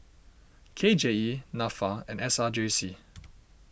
K J E Nafa and S R J C